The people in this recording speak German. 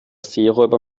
seeräuber